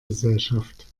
gesellschaft